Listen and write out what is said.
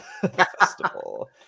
festival